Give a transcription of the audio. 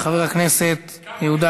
חבר הכנסת מנחם אליעזר מוזס, אינו נוכח.